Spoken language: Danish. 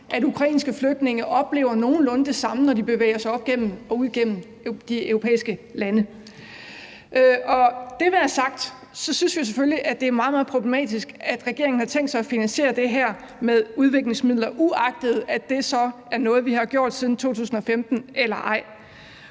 at ukrainske flygtninge oplever nogenlunde det samme, når de bevæger sig igennem de europæiske lande. Det være sagt, synes vi selvfølgelig, at det er meget, meget problematisk, at regeringen har tænkt sig at finansiere det her med udviklingsmidler, uagtet at det så er noget, vi har gjort siden 2015 eller ej.